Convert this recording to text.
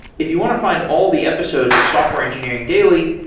if you want to find all the episodes of software engineering daily,